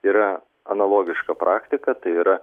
yra analogiška praktika tai yra